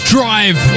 Drive